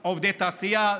עובדי תעשייה,